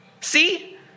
see